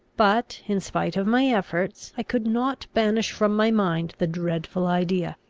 but, in spite of my efforts, i could not banish from my mind the dreadful idea.